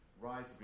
rise